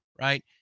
right